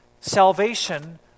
salvation